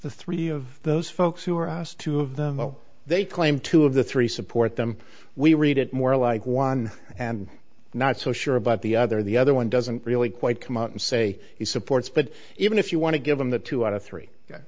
the three of those folks who are us two of them oh they claim two of the three support them we read it more like one and not so sure about the other the other one doesn't really quite come out and say he supports but even if you want to give them that two out of three